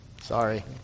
Sorry